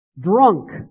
drunk